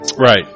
Right